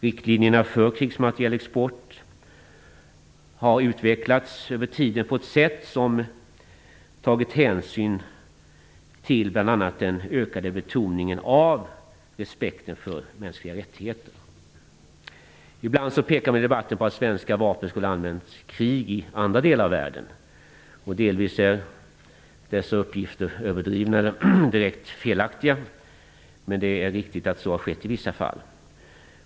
Riktlinjerna för krigsmaterielexport har över tiden utvecklats på ett sätt som tagit hänsyn till bl.a. den ökade betoningen av respekten för mänskliga rättigheter. Ibland pekar man i debatten på att svenska vapen skulle använts i krig i andra delar av världen. Delvis är dessa uppgifter överdrivna eller felaktiga, men det är riktigt att så har skett i vissa fall.